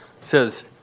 says